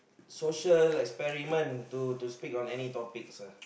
social experiments to to speak on any topics uh